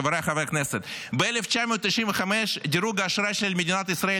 חבריי חברי הכנסת: ב-1995 דירוג האשראי של ישראל